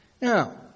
Now